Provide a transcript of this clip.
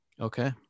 Okay